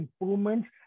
improvements